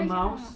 a mouse